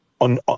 On